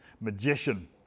magician